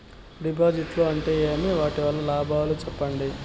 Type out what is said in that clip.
డిపాజిట్లు అంటే ఏమి? వాటి వల్ల లాభాలు సెప్పండి?